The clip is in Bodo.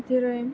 जेरै